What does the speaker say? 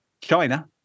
China